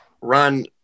run